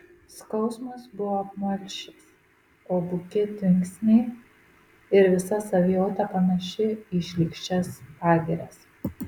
skausmas buvo apmalšęs o buki tvinksniai ir visa savijauta panaši į šlykščias pagirias